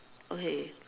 okay